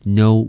no